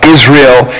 Israel